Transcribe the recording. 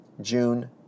June